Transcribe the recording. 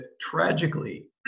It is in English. tragically